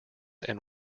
and